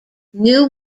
new